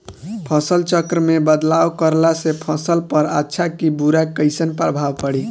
फसल चक्र मे बदलाव करला से फसल पर अच्छा की बुरा कैसन प्रभाव पड़ी?